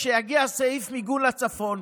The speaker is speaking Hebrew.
כשיגיע הסעיף מיגון הצפון,